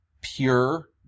pure